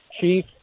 chief